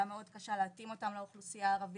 מאוד קשה להתאים אותם לאוכלוסייה הערבית,